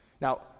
Now